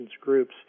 groups